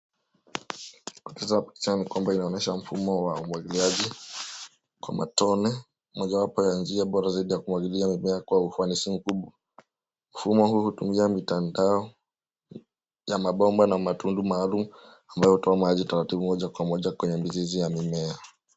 Kueleza picha ni kwamba inaonyesha umwagiliaji wa matone, mojawapo ya njia rahisi ya kumwagilia mimea kwa ufanisi mkubwa. Mfumo huu unatumia mtandao ya mabomba na matundu maalum yanatoa maji taratibu moja kwa moja kwenye mizizi ya mimea.